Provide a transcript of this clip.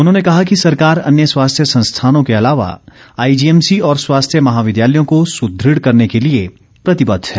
उन्होंने कहा कि सरकार अन्य स्वास्थ्य संस्थानों के अलावा आईजीएमसी और स्वास्थ्य महाविद्यालयों को सुदृढ़ करने के लिए प्रतिबद्ध है